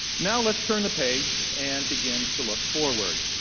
now let's turn the page and begin to look forward.